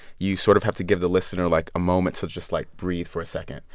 you sort of have to give the listener, like, a moment to just, like, breathe for a second.